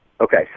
Okay